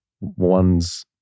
one's